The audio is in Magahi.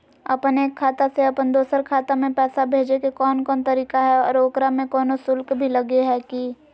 अपन एक खाता से अपन दोसर खाता में पैसा भेजे के कौन कौन तरीका है और ओकरा में कोनो शुक्ल भी लगो है की?